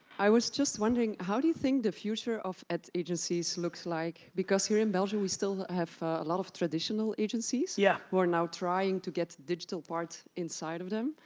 i was just wondering, how do you think the future of ads agencies looks like? because here in belgium, we still have a lot of traditional agencies. yeah. who are now trying to get a digital part inside of them.